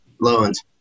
loans